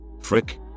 frick